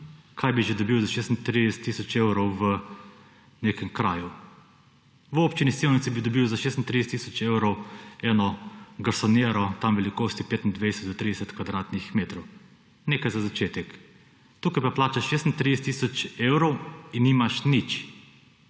kaj bi že dobil za 36 tisoč evrov v nekem kraju. V občini Sevnica bi dobil za 36 tisoč evrov eno garsonjero tam velikosti 25 do 30 kvadratnih metrov. Nekaj za začetek. Tukaj pa plačaš 36 tisoč evrov in nimaš nič,